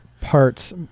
parts